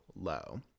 low